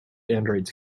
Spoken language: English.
androids